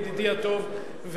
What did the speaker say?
ידידי הטוב,